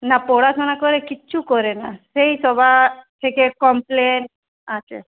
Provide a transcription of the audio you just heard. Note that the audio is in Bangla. না পড়াশোনা করে কিচ্ছু করে না সেই সবার থেকে কমপ্লেন আছে